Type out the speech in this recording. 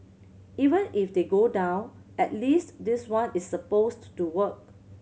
even if they go down at least this one is supposed to work